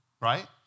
right